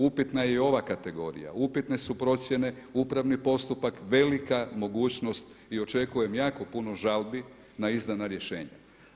Upitana je i ova kategorija, upitne su procjene, upravni postupak, velika mogućnost i očekujem jako puno žalbi na izdana rješenja.